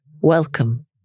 Welcome